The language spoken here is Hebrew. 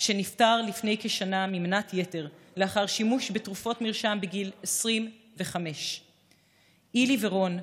שנפטר לפני כשנה ממנת יתר לאחר שימוש בתרופות מרשם בגיל 25. אילי ורון,